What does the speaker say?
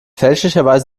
fälschlicherweise